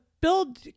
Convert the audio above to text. build